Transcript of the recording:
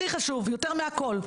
יותר מכל,